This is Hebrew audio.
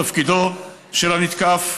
לתפקידו של הנתקף.